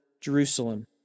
Jerusalem